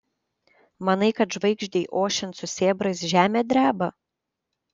manai kad žvaigždei ošiant su sėbrais žemė dreba